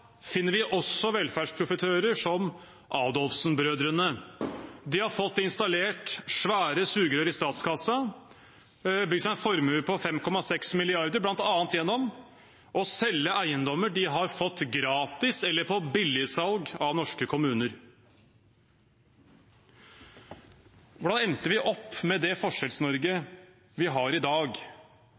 finner vi også velferdsprofitører som Adolfsen-brødrene. De har fått installert svære sugerør i statskassen og bygd seg en formue på 5,6 mrd. kr, bl.a. gjennom å selge eiendommer de har fått gratis eller på billigsalg av norske kommuner. Hvordan endte vi opp med det Forskjells-Norge vi har i dag?